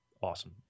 awesome